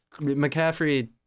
McCaffrey